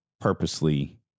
purposely